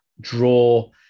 draw